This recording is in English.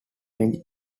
range